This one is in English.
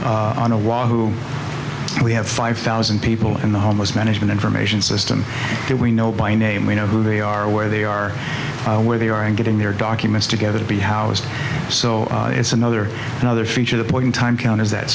on on a wahoo we have five thousand people in the homeless management information system that we know by name we know who they are where they are where they are and getting their documents together to be housed so it's another another feature the point in time count is that